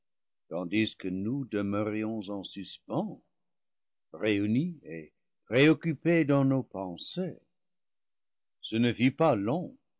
tandis que nous demeurions en suspens réunis et préoccupés dans nos pensées ce ne fut pas long